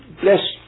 bless